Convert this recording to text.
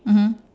mmhmm